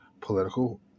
political